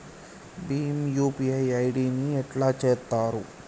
Bhim UPI ID ని ఎట్లా చేత్తరు?